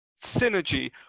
synergy